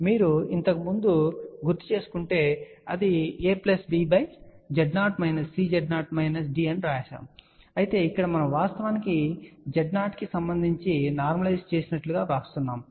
మీరు ఇంతకుముందు గుర్తుచేసుకుంటే అది AB Z0 CZ0 D అని వ్రాయబడింది అయితే ఇక్కడ మనం వాస్తవానికి Z0 కి సంబంధించి సాధారణీకరించినట్లుగా వ్రాస్తున్నాము